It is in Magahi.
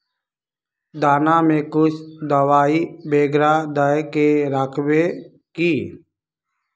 दाना में कुछ दबाई बेगरा दय के राखबे की?